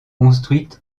construite